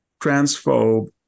transphobe